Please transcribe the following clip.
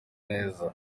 neza